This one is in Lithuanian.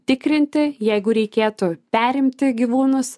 tikrinti jeigu reikėtų perimti gyvūnus